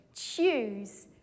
Choose